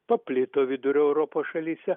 paplito vidurio europos šalyse